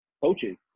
coaches